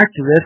activists